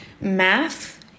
math